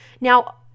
Now